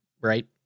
right